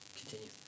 Continue